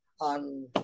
on